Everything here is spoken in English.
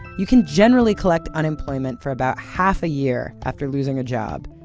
you can generally collect unemployment for about half a year after losing a job.